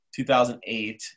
2008